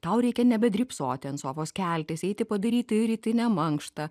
tau reikia nebe drybsoti ant sofos keltis eiti padaryti rytinę mankštą